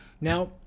Now